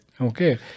Okay